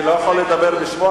אני לא יכול לדבר בשמו,